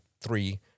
three